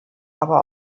aber